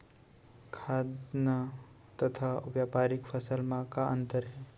खाद्यान्न तथा व्यापारिक फसल मा का अंतर हे?